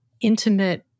intimate